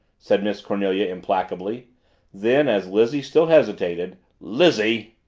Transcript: said miss cornelia implacably then as lizzie still hesitated, lizzie!